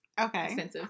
okay